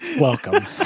Welcome